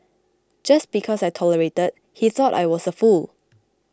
just because I tolerated he thought I was a fool